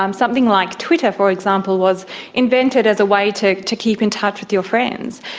um something like twitter, for example, was invented as a way to to keep in touch with your friends,